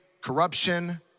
corruption